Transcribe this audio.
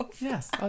Yes